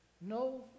No